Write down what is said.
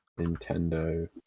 Nintendo